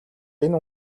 энэ